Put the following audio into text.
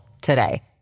today